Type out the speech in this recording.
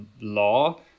law